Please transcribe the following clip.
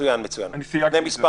אבל איפה